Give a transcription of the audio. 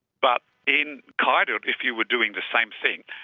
but in kayardild if you were doing the same thing,